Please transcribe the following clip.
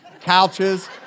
Couches